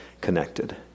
connected